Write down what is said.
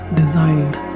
designed